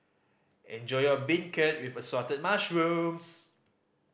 enjoy your beancurd with Assorted Mushrooms